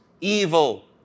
evil